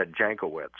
Jankowicz